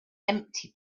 empty